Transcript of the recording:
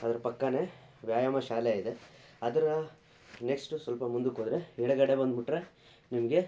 ಅದರ ಪಕ್ಕವೇ ವ್ಯಾಯಾಮ ಶಾಲೆ ಇದೆ ಅದರ ನೆಕ್ಷ್ಟು ಸ್ವಲ್ಪ ಮುಂದಕ್ಕೋದರೆ ಎಡಗಡೆ ಬಂದ್ಬಿಟ್ರೆ ನಿಮಗೆ